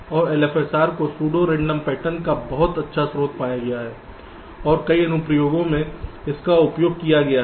और LFSR को pseudo random pattern का बहुत अच्छा स्रोत पाया गया है और कई अनुप्रयोगों में इसका उपयोग किया गया है